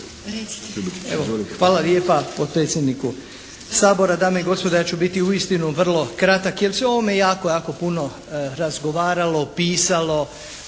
hvala lijepa potpredsjedniku Sabora. Dame i gospodo ja ću biti uistinu vrlo kratak jer se o ovome jako, jako puno razgovaralo, pisalo